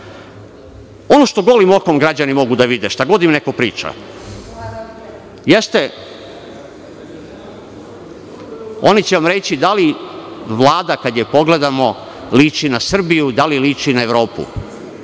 što golim okom građani mogu da vide, šta god im neko priča, oni će vam reći da li Vlada, kada je pogledamo, liči na Srbiju, da li liči na Evropu.